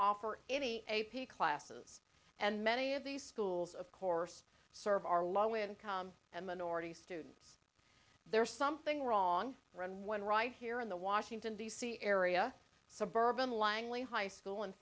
offer any a p classes and many of these schools of course serve are low income and minority students there's something wrong when right here in the washington d c area suburban langley high school in